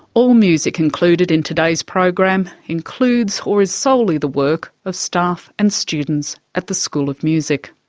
all music included in today's program includes or is solely the work of staff and students at the school of music,